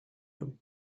him